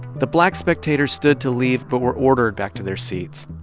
the black spectators stood to leave but were ordered back to their seats.